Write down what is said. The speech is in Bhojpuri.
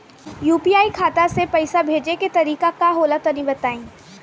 यू.पी.आई खाता से पइसा भेजे के तरीका का होला तनि बताईं?